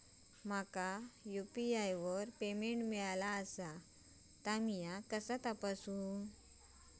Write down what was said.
माका यू.पी.आय वर पेमेंट मिळाला हा ता मी कसा तपासू?